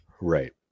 right